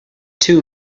two